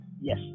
Yes